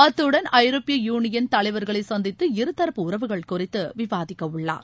அத்துடன் ஐரோப்பிய யூனியன் தலைவர்களைசந்தித்து இருதரப்பு உறவுகள் குறித்துவிவாதிக்கஉள்ளார்